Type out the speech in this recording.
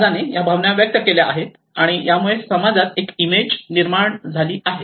समाजाने या भावना व्यक्त केल्या आहेत आणि यामुळे समाजात एक इमेज निर्माण झाली आहे